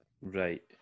Right